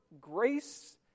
grace